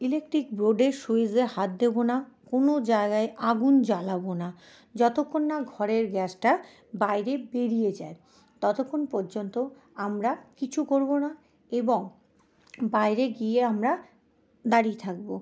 electric বোর্ডের সুইজে হাত দেবো না কোনো জায়গায় আগুন জ্বালাবো না যতক্ষণ না ঘরের গ্যাসটা বেড়িয়ে যাচ্ছে ততক্ষণ পর্যন্ত আমরা কিচ্ছু করবো না এবং বাইরে গিয়ে আমরা দাঁড়িয়ে থাকবো